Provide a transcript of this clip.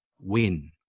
win